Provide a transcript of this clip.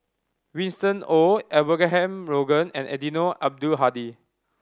Winston Oh Abraham Logan and Eddino Abdul Hadi